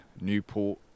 Newport